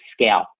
scale